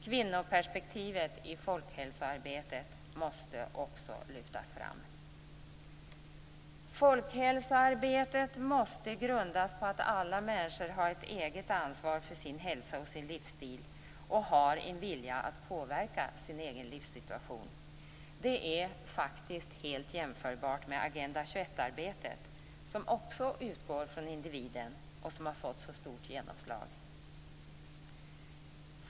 Kvinnoperspektivet i folkhälsoarbetet måste också lyftas fram. Folkhälsoarbetet måste grundas på att alla människor har ett eget ansvar för sin hälsa och sin livsstil och har en vilja att påverka sin egen livssituation. Det är helt jämförbart med Agenda 21-arbetet, som också utgår från individen och som har fått så stort genomslag.